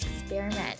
Experiment